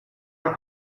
her